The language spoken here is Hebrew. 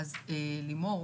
לימור,